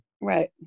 right